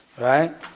right